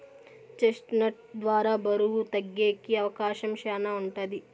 chest నట్ ద్వారా బరువు తగ్గేకి అవకాశం శ్యానా ఉంటది